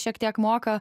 šiek tiek moka